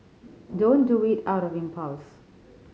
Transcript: don't do it out of impulse